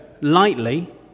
lightly